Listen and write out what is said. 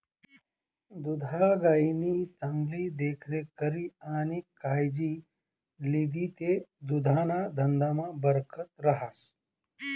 दुधाळ गायनी चांगली देखरेख करी आणि कायजी लिदी ते दुधना धंदामा बरकत रहास